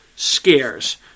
scares